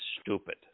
stupid